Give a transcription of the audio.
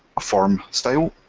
a form style,